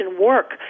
work